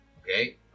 Okay